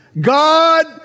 God